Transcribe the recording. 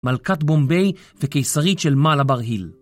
מלכת בומבי וקיסרית של מעל הברהיל.